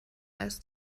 als